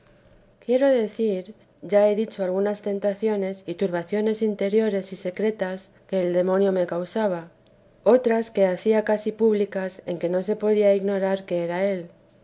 quiero decir ya que he dicho algunas tentaciones y turbaciones interiores y secretas que el demonio me causaba otras que hacía casi públicas en que no se podía ignorar que era él